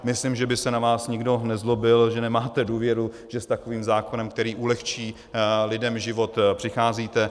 Myslím, že by se na vás nikdo nezlobil, že nemáte důvěru, že s takovým zákonem, který ulehčí lidem život, přicházíte.